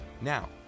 Now